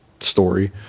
story